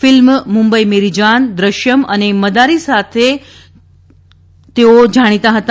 film Mumbai Meri Jaan Drishyam અને મદારી માટે તેઓ જાણીતા હતા